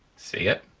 see it?